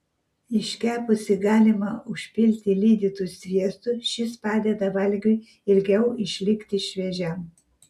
iškepusį galima užpilti lydytu sviestu šis padeda valgiui ilgiau išlikti šviežiam